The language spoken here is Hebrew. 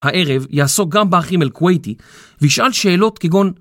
הערב יעסוק גם באחים אל-כוויתי וישאל שאלות כגון